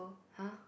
!huh!